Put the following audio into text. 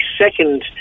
second